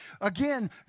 again